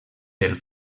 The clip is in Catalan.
pel